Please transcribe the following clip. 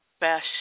best